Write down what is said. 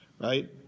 Right